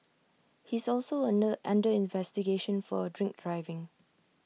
he is also under under investigation for A drink driving